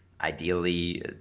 Ideally